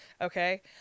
Okay